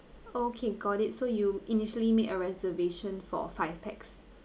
okay got it so you initially made a reservation for five packs